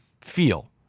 feel